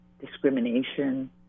discrimination